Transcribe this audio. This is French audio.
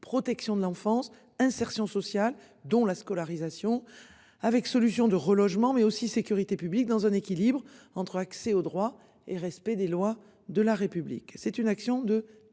Protection de l'enfance insertion sociale dont la scolarisation avec solution de relogement mais aussi sécurité publique dans un équilibre entre accès au droit et respect des lois de la République, c'est une action de